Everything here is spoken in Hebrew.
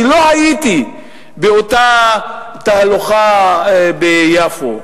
אני לא הייתי באותה תהלוכה ביפו,